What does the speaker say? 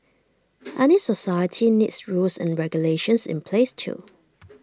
any society needs rules and regulations in place too